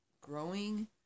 growing